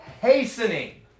hastening